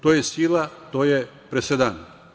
To je sila, to je presedan.